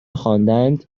خواندند